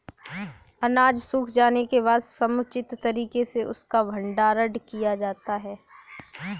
अनाज सूख जाने के बाद समुचित तरीके से उसका भंडारण किया जाता है